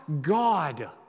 God